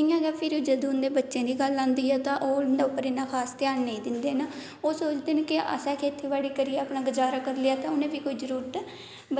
इयां गै फिर जदू उंदे बच्चे दी गल्ल आंदी ऐ ते ओह् उंदे उपर इना खास घ्यान नेई दिंदे ना ओह् सोचदे ना कि आसे खेती बाड़ी करियै अपना गुजारा करी लेआ ते उनें बी कोई जरुरत